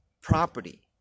property